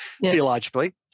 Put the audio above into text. theologically